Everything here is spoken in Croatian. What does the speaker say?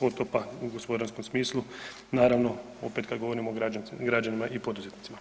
potopa u gospodarskom smislu, naravno opet kada govorimo o građanima i poduzetnicima.